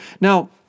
Now